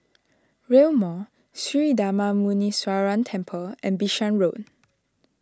Rail Mall Sri Darma Muneeswaran Temple and Bishan Road